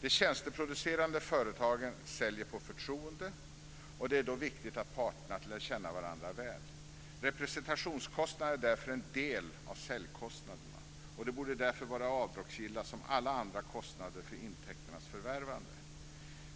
De tjänsteproducerande företagen säljer på förtroende, och det är då viktigt att parterna lär känna varandra väl. Representationskostnaderna är därför en del av säljkostnaderna, och de borde var avdragsgilla som alla andra kostnader för intäkternas förvärvande.